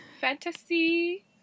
Fantasy